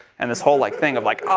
and this whole, like, thing, of like,